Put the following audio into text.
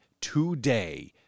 today